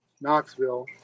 Knoxville